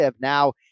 now